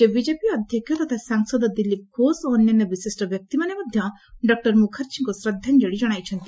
ରାଜ୍ୟ ବିଜେପି ଅଧ୍ୟକ୍ଷ ତଥା ସାଂସଦ ଦିଲୀପ୍ ଘୋଷ ଓ ଅନ୍ୟାନ୍ୟ ବିଶିଷ୍ଟ ବ୍ୟକ୍ତିମାନେ ମଧ୍ୟ ଡକୁର ମୁଖାର୍ଜୀଙ୍କୁ ଶ୍ରଦ୍ଧାଞ୍ଚଳି ଜଣାଇଛନ୍ତି